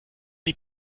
die